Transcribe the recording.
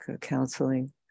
counseling